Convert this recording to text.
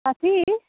साथी